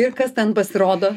ir kas ten pasirodo